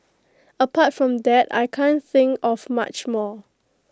apart from that I can't think of much more